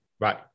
Right